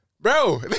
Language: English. bro